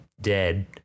dead